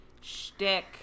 shtick